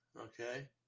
Okay